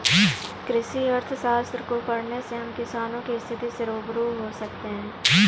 कृषि अर्थशास्त्र को पढ़ने से हम किसानों की स्थिति से रूबरू हो सकते हैं